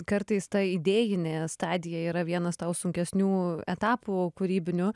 kartais ta idėjinė stadija yra vienas tau sunkesnių etapų kūrybinių